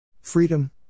Freedom